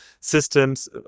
Systems